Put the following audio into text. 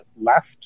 left